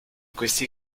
questi